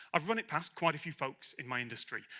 i've run it past quite a few folks in my industry,